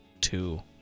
Two